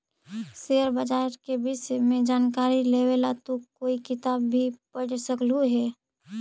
share बाजार के विष्य में जानकारी लेवे ला तू कोई किताब भी पढ़ सकलू हे